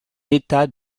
état